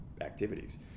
activities